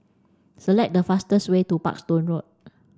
select the fastest way to Parkstone Road